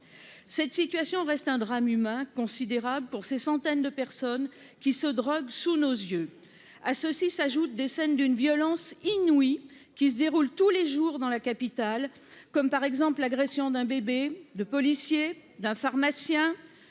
cette situation reste un drame humain considérable pour ces centaines de personnes qui se droguent sous nos yeux à ceci s'ajoutent des scènes d'une violence inouïe, qui se déroule tous les jours dans la capitale, comme par exemple l'agression d'un bébé de policiers d'un pharmacien